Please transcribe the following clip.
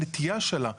הנטייה שלה,